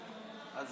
לא,